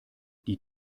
die